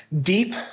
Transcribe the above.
deep